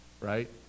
right